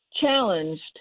challenged